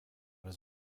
his